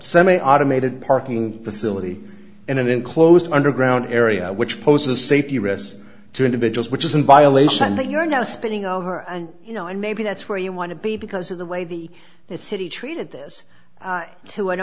semi automated parking facility in an enclosed underground area which poses a safety risk to individuals which is in violation that you're now spinning on her and you know and maybe that's where you want to be because of the way the city treated this to an